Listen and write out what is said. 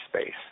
space